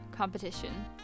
competition